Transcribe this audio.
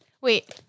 Wait